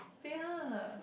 say ah